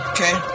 Okay